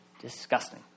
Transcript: disgusting